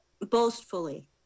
boastfully